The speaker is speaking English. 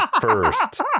first